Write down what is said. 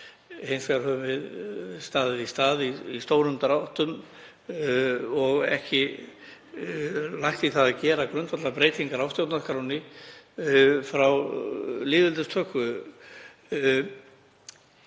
Hins vegar höfum við staðið í stað í stórum dráttum og ekki lagt í að gera grundvallarbreytingar á stjórnarskránni frá lýðveldisstofnun.